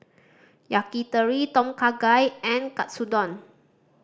Yakitori Tom Kha Gai and Katsudon